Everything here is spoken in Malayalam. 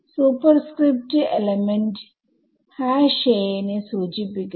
സൂപ്പർസ്ക്രിപ്റ്റ് a എലമെന്റ് aelement aനെ സൂചിപ്പിക്കുന്നു